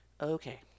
Okay